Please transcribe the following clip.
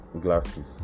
glasses